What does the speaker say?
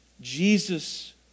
Jesus